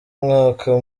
umwaka